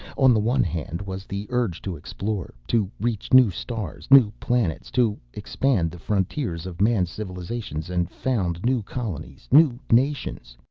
on the one hand was the urge to explore, to reach new stars, new planets, to expand the frontiers of man's civilizations and found new colonies, new nations.